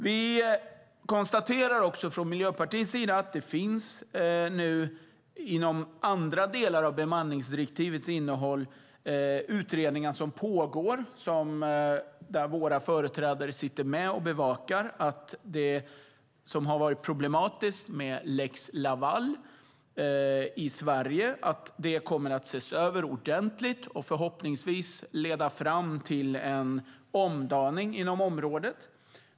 Vi konstaterar också från Miljöpartiets sida att det inom andra delar av bemanningsdirektivets innehåll nu finns utredningar som pågår, där våra företrädare sitter med och bevakar att det som har varit problematiskt med lex Laval i Sverige kommer att ses över ordentligt och förhoppningsvis leda fram till en omdaning inom området.